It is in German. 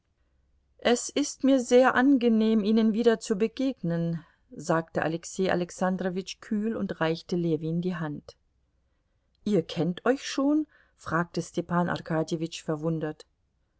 es ist mir sehr angenehm ihnen wieder zu begegnen sagte alexei alexandrowitsch kühl und reichte ljewin die hand ihr kennt euch schon fragte stepan arkadjewitsch verwundert